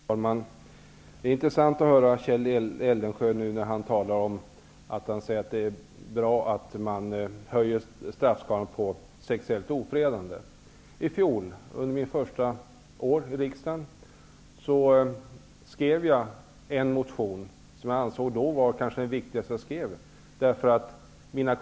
Herr talman! Det är intressant att nu höra Kjell Eldensjö säga att det är bra att man utökar straffskalan för sexuellt ofredande. I fjol, under mitt första år i riksdagen, väckte jag en motion som jag då ansåg vara den kanske viktigaste som jag skrev.